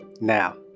Now